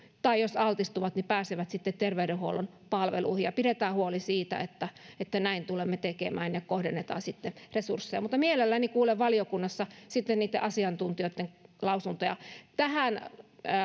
tai jos altistuvat niin pääsevät sitten terveydenhuollon palveluihin pidetään huoli siitä että että näin tulemme tekemään ja kohdennetaan sitten resursseja mielelläni kuulen sitten valiokunnassa asiantuntijoitten lausuntoja tähän